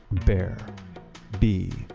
bear b.